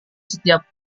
setiap